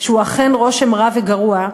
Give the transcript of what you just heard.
שהוא אכן רושם רע וגרוע,